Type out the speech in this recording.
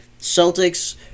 Celtics